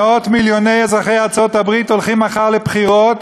מאות-מיליוני אזרחי ארצות-הברית הולכים מחר לבחירות,